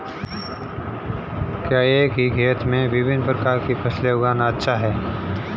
क्या एक ही खेत में विभिन्न प्रकार की फसलें उगाना अच्छा है?